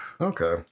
Okay